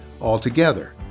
altogether